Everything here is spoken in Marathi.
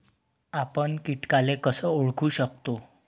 आपन कीटकाले कस ओळखू शकतो?